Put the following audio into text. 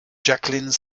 jacqueline